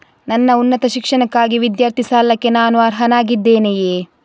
ನನ್ನ ಉನ್ನತ ಶಿಕ್ಷಣಕ್ಕಾಗಿ ವಿದ್ಯಾರ್ಥಿ ಸಾಲಕ್ಕೆ ನಾನು ಅರ್ಹನಾಗಿದ್ದೇನೆಯೇ?